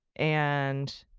and.